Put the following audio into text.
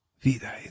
vida